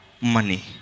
Money